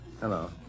hello